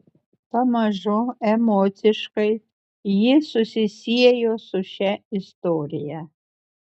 pamažu emociškai ji susisiejo su šia istorija